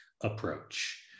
approach